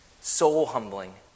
soul-humbling